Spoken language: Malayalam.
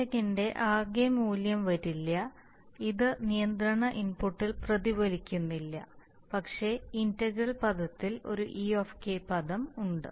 പിശകിന്റെ ആകെ മൂല്യം വരില്ല ഇത് നിയന്ത്രണ ഇൻപുട്ടിൽ പ്രതിഫലിക്കുന്നില്ല പക്ഷേ ഇന്റഗ്രൽ പദത്തിൽ ഒരു e പദം ഉണ്ട്